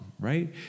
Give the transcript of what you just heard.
right